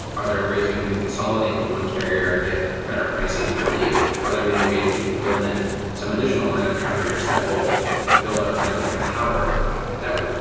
are there ways we can consolidate with one carrier and get better pricing for you, or are there may be ways we could pull in some additional line of coverage that will build up kind of like a tower that will,